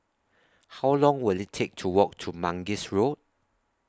How Long Will IT Take to Walk to Mangis Road